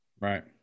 right